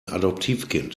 adoptivkind